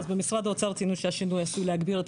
אז במשרד האוצר ציינו שהשינוי עשוי להגביר את